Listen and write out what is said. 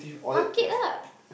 market lah